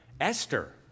Esther